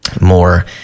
more